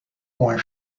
points